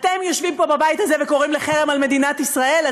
אתם יושבים פה בבית הזה וקוראים לחרם על מדינת ישראל?